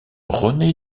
rené